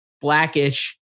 Blackish